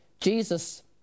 Jesus